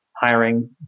Hiring